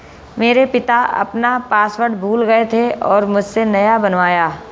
मेरे पिता अपना पासवर्ड भूल गए थे और मुझसे नया बनवाया